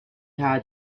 had